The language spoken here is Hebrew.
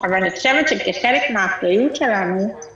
אבל אני חושבת שחלק מהאחריות שלנו הוא